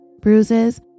bruises